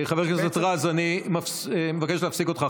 חבר הכנסת רז, אני מבקש להפסיק אותך.